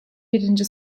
birinci